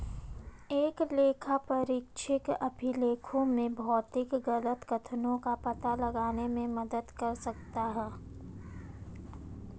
एक लेखापरीक्षक अभिलेखों में भौतिक गलत कथनों का पता लगाने में मदद कर सकता है